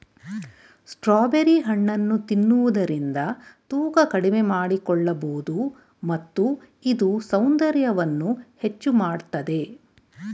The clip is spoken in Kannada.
ಸ್ಟ್ರಾಬೆರಿ ಹಣ್ಣನ್ನು ತಿನ್ನುವುದರಿಂದ ತೂಕ ಕಡಿಮೆ ಮಾಡಿಕೊಳ್ಳಬೋದು ಮತ್ತು ಇದು ಸೌಂದರ್ಯವನ್ನು ಹೆಚ್ಚು ಮಾಡತ್ತದೆ